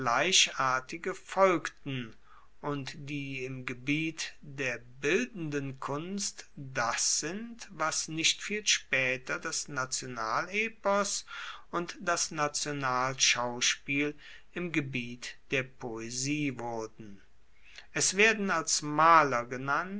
gleichartige folgten und die im gebiet der bildenden kunst das sind was nicht viel spaeter das nationalepos und das nationalschauspiel im gebiet der poesie wurden es werden als maler genannt